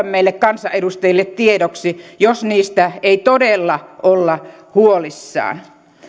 meille kansanedustajille tiedoksi jos niistä ei todella olla huolissaan